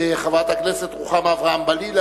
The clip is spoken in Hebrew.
חברת הכנסת רוחמה אברהם-בלילא,